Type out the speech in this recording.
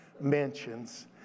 mansions